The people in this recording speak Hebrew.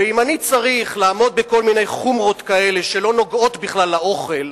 ואם אני צריך לעמוד בכל מיני חומרות כאלה שלא נוגעות בכלל לאוכל,